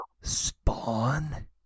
Spawn